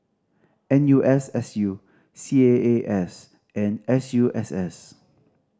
N U S S U C A A S and S U S S